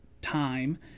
time